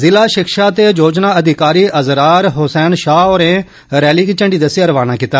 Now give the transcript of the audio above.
जिला शिक्षा ते योजना अधिकारी अज़रार हुसैन शाह होरें रैली गी झंडा दस्सियै रवाना कीता